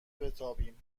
بتابیم